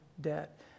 debt